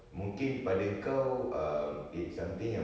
mungkin pada kau it's something yang